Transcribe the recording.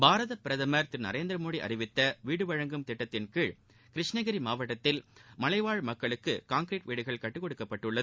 பாரத பிரதமர் திரு நரேந்திரமோடி அறிவித்த வீடு வழங்கும் திட்டத்தின் கீழ் கிருஷ்ணகிரி மாவட்டத்தில் மலைவாழ் மக்களுக்கு கான்கீரிட் வீடுகள் கட்டிக்கொடுக்க பட்டுள்ளது